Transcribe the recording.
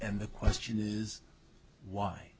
and the question is why